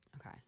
Okay